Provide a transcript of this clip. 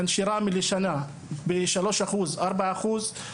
שהנשירה משתנה משלושה לארבעה אחוזים,